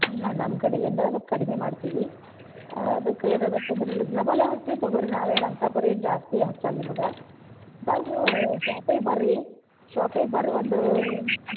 ಈಗ ನಮ್ಮ ಕಡೆಯಿಂದ ಅದು ಕಡಿಮೆ ಮಾಡ್ತೀವಿ ಅದಕ್ಕೆ ಏನಾಗುತ್ತೆ ಅಂದ್ರೆ ರಿಸ್ನೇಬಲ್ ಹಾಕ್ತೀವಿ ತಗೊಳ್ರಿ ನಾವೇನು ಅಂತ ಬರೀ ಏನು ಜಾಸ್ತಿ ಹಚ್ಚಲ್ಲ ನಿಮಗೆ ಬರ್ರಿ ನೀವು ಶಾಪಿಗೆ ಬರ್ರಿ ಶಾಪಿಗೆ ಬರ್ರಿ ಒಂದೂ